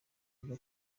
byo